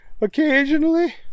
Occasionally